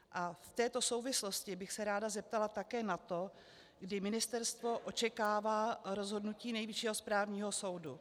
A v této souvislosti bych se ráda zeptala také na to, kdy ministerstvo očekává rozhodnutí Nejvyššího správního soudu.